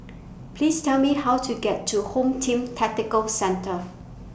Please Tell Me How to get to Home Team Tactical Centre